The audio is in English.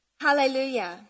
Hallelujah